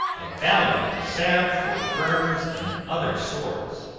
a valuable salve for burns and other sores.